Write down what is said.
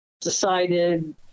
decided